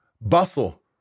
Bustle